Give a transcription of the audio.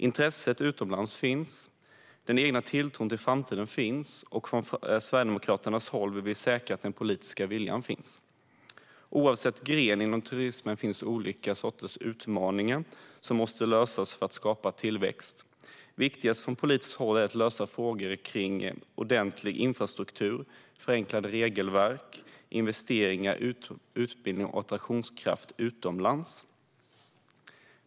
Intresset utomlands finns, den egna tilltron till framtiden finns och från Sverigedemokraternas håll vill vi säkra att den politiska viljan finns. Oavsett gren inom turismen finns olika utmaningar som måste lösas för att det ska gå att skapa tillväxt. Viktigast från politiskt håll är att lösa frågor kring ordentlig infrastruktur, förenklade regelverk, investeringar, utbildning och attraktionskraft utomlands.